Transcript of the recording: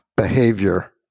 Behavior